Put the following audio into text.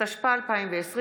התשפ"א 2020,